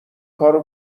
کارو